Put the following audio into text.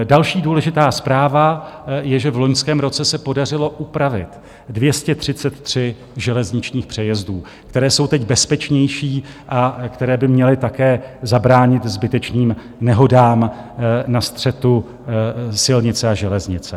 Další důležitá zpráva je, že v loňském roce se podařilo upravit 233 železničních přejezdů, které jsou teď bezpečnější a které by měly také zabránit zbytečným nehodám na střetu silnice a železnice.